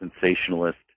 sensationalist